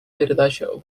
передача